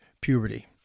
puberty